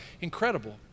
Incredible